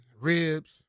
ribs